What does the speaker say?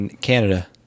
Canada